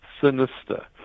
sinister